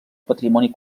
patrimoni